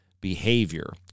behavior